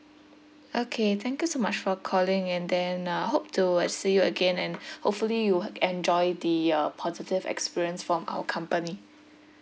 okay thank you so much for calling and then uh hope to uh see you again and hopefully you'll enjoy the uh positive experience from our company